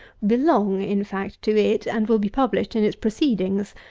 belong, in fact, to it, and will be published in its proceedings,